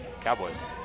Cowboys